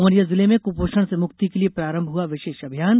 उमरिया जिले में कुपोषण से मुक्ति के लिए प्रारंभ हुआ विशेष अभियान